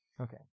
Okay